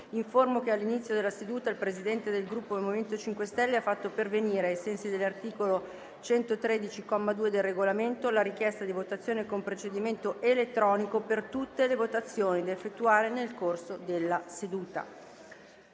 che all'inizio della seduta il Presidente del Gruppo MoVimento 5 Stelle ha fatto pervenire, ai sensi dell'articolo 113, comma 2, del Regolamento, la richiesta di votazione con procedimento elettronico per tutte le votazioni da effettuare nel corso della seduta.